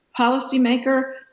policymaker